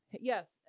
yes